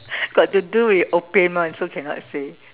got to do with opium [one] so cannot say